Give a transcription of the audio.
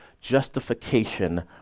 Justification